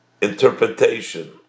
interpretation